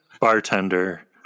bartender